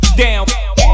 down